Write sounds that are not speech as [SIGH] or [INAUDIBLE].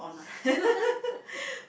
[LAUGHS]